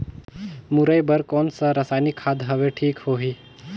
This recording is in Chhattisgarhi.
मुरई बार कोन सा रसायनिक खाद हवे ठीक होही?